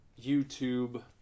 youtube